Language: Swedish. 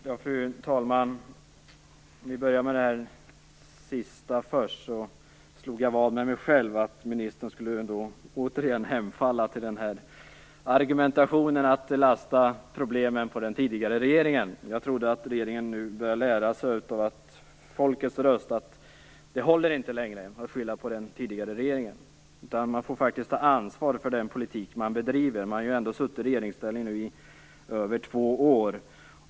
Fru talman! Jag börjar med det sista. Jag slog vad med mig själv att ministern återigen skulle hemfalla till argumentationen att lasta problemen på den tidigare regeringen. Jag trodde att regeringen nu börjat lära sig att det inte lägre håller att skylla på den tidigare regeringen. Man får faktiskt ta ansvar för den politik man bedriver. Ni har ändå suttit i regeringsställning i över två år.